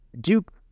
Duke